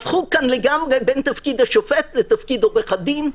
הפכו כאן לגמרי בין תפקיד השופט לתפקיד עורך הדין.